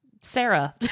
Sarah